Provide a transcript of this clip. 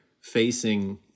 facing